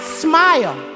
smile